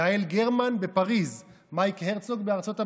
יעל גרמן בפריז, מייק הרצוג בארצות הברית,